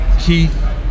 keith